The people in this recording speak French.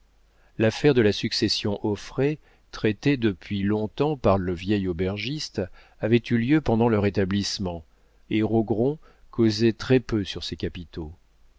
l'affaire de la succession auffray traitée depuis longtemps par le vieil aubergiste avait eu lieu pendant leur établissement et rogron causait très peu sur ses capitaux